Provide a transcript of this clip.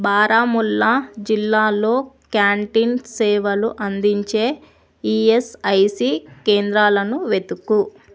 బారాముల్లా జిల్లాలో క్యాంటీన్ సేవలు అందించే ఈఎస్ఐసి కేంద్రాలను వెతుకు